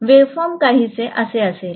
waveform काहीसे असे असेल